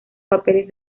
papeles